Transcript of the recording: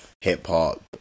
hip-hop